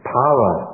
power